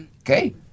okay